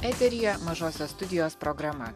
eteryje mažosios studijos programa